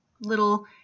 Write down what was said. little